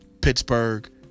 pittsburgh